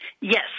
Yes